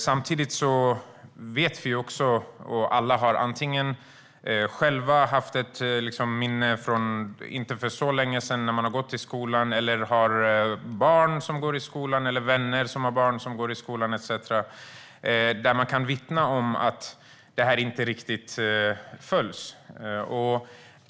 Samtidigt vet vi - antingen har man själv minnen från när man för inte så länge sedan gick i skolan, eller så har man barn i skolan eller vänner vars barn går i skolan - att detta inte riktigt följs.